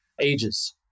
ages